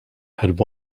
had